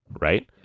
right